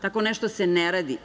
Tako nešto se ne radi.